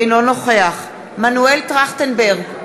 אינו נוכח מנואל טרכטנברג,